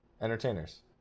entertainers